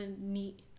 neat